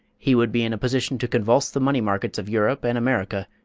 he would be in a position to convulse the money markets of europe and america,